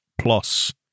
plus